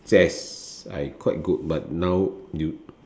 chess I quite good but now you